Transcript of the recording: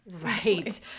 Right